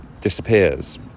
disappears